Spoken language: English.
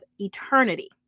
eternity